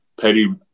Petty